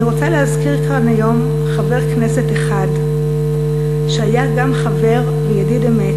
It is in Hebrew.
אני רוצה להזכיר כאן היום חבר כנסת אחד שהיה גם חבר וידיד אמת,